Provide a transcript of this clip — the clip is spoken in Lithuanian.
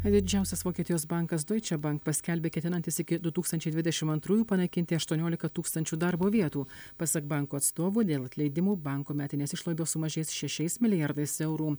didžiausias vokietijos bankas doiče bank paskelbė ketinantis iki du tūkstančiai dvidešim antrųjų panaikinti aštuoniolika tūkstančių darbo vietų pasak banko atstovo dėl atleidimų banko metinės išlaidos sumažės šešiais milijardais eurų